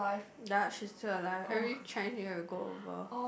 ya she's still alive every Chinese New Year will go over